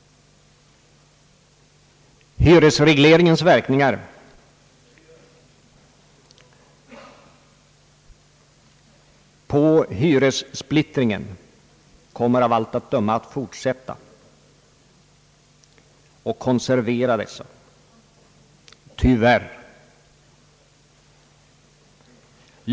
Hyresregleringens verkningar genom bl.a. hyressplittringens konservering kommer av allt att döma att fortsätta. Tyvärr!